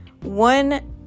one